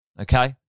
okay